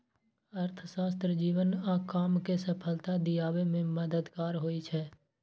अर्थशास्त्र जीवन आ काम कें सफलता दियाबे मे मददगार होइ छै